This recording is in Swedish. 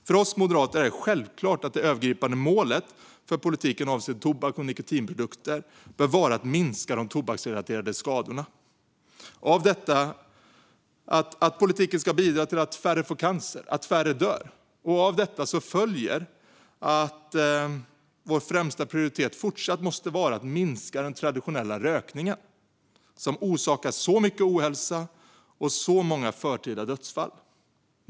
För oss moderater är det självklart att det övergripande målet för politiken avseende tobaks och nikotinprodukter bör vara att minska de tobaksrelaterade skadorna. Politiken ska bidra till att färre får cancer och att färre dör. Av detta följer att vår främsta prioritet fortsatt måste vara att minska den traditionella rökningen, som orsakar så mycket ohälsa och så många förtida dödsfall.